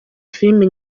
filime